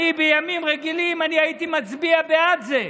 בימים רגילים הייתי מצביע בעד זה,